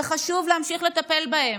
וחשוב להמשיך לטפל בהן.